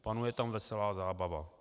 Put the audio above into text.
Panuje tam veselá zábava.